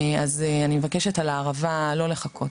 אני מבקשת לגבי הערבה, לא לחכות.